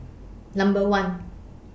Number one